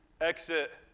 exit